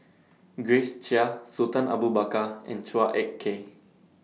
Grace Chia Sultan Abu Bakar and Chua Ek Kay